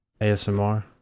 ASMR